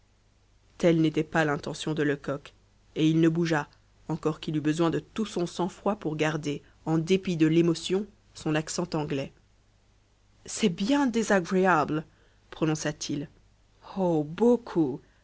telle n'était pas l'intention de lecoq et il ne bougea encore qu'il eût besoin de tout son sang-froid pour garder en dépit de l'émotion son accent anglais c'est bien désagréable prononça-t-il oh beaucoup